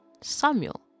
Samuel